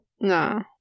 No